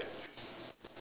okay the right